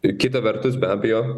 ir kita vertus be abejo